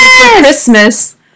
Christmas